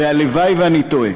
והלוואי שאני טועה.